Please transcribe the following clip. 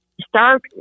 start